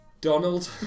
Donald